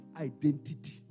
identity